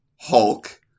Hulk